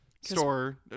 store